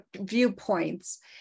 viewpoints